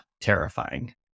terrifying